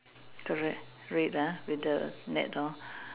correct red ah with the net hor